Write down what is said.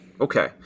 Okay